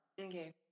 Okay